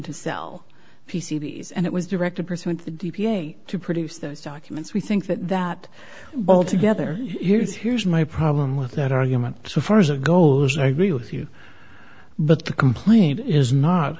to sell p c s and it was directed pursuant to the d p a to produce those documents we think that that well together here's here's my problem with that argument so far as it goes i agree with you but the complaint is not